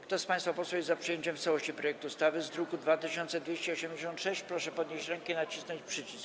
Kto z państwa posłów jest za przyjęciem w całości projektu ustawy z druku nr 2286, proszę podnieść rękę i nacisnąć przycisk.